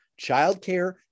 childcare